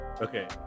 okay